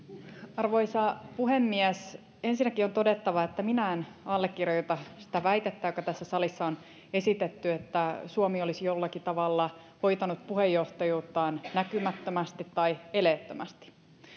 arvoisa puhemies ensinnäkin on todettava että minä en allekirjoita sitä väitettä joka tässä salissa on esitetty että suomi olisi jollakin tavalla hoitanut puheenjohtajuuttaan näkymättömästi tai eleettömästi